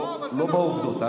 לא בעובדות.